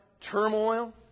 turmoil